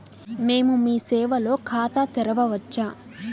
మేము మీ సేవలో ఖాతా తెరవవచ్చా?